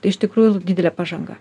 tai iš tikrųjų didelė pažanga